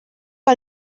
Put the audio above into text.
que